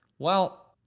well,